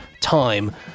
time